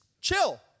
chill